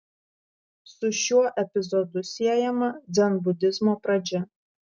su šiuo epizodu siejama dzenbudizmo pradžia